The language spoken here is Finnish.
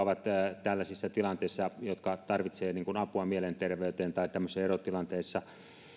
ovat tällaisissa tilanteissa ja jotka tarvitsevat apua mielenterveyteen tai tämmöisissä erotilanteissa